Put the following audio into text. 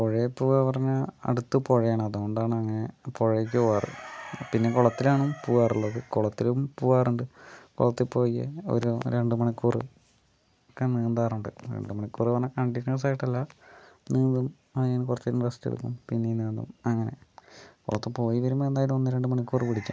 പുഴയിൽ പോകാന്ന് പറഞ്ഞാൽ അടുത്ത് പുഴയാണ് അതുകൊണ്ടാണ് അങ്ങനെ പുഴയ്ക്ക് പോകാറ് പിന്നെ കുളത്തിലാണ് പോകാറുള്ളത് കുളത്തിലും പോകാറുണ്ട് കുളത്തിൽ പോയി ഒരു രണ്ട് മണിക്കൂറൊക്കെ നീന്താറുണ്ട് രണ്ട് മണിക്കൂറെന്ന് പറഞ്ഞാൽ കണ്ടിന്യൂസ് ആയിട്ടല്ല നീന്തും അതുകഴിഞ്ഞ് കുറച്ചുനേരം റസ്റ്റ് എടുക്കും പിന്നെയും നീന്തും അങ്ങനെ കുളത്തിൽ പോയി വരുമ്പോൾ എന്തായാലും ഒന്ന് രണ്ട് മണിക്കൂർ പിടിക്കും